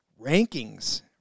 rankings